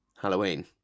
Halloween